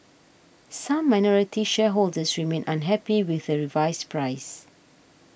some minority shareholders remain unhappy with the revised price